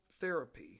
therapy